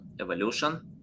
evolution